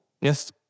Yes